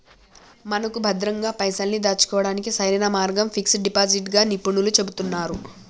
మనకు భద్రంగా పైసల్ని దాచుకోవడానికి సరైన మార్గం ఫిక్స్ డిపాజిట్ గా నిపుణులు చెబుతున్నారు